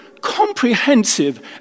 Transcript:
comprehensive